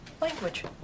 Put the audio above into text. language